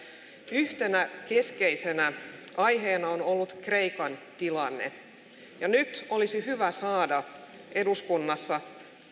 yhtenä keskeisenä aiheena on ollut kreikan tilanne ja nyt olisi hyvä saada eduskunnassa